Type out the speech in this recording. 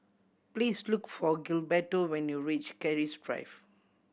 please look for Gilberto when you reach Keris Drive